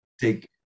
take